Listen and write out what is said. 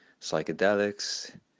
psychedelics